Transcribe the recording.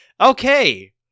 Okay